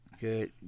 Good